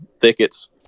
thickets